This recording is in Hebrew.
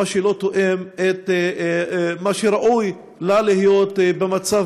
מה שלא תואם את מה שראוי לה להיות במצב